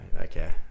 Okay